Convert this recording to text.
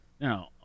Now